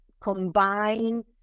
combine